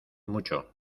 mucho